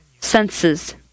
Senses